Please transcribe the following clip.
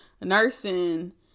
nursing